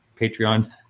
Patreon